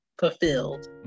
fulfilled